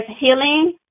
healing